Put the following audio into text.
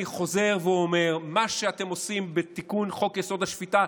אני חוזר ואומר: מה שאתם עושים בתיקון חוק-יסוד: השפיטה,